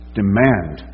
demand